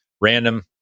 random